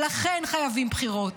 ולכן חייבים בחירות.